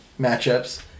matchups